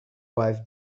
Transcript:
wife